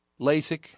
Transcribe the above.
LASIK